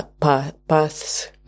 paths